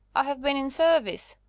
i have been in service,